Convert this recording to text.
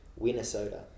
Minnesota